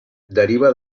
deriva